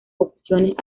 opciones